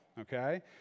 okay